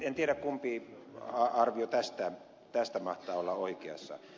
en tiedä kumpi arvio tästä mahtaa olla oikeassa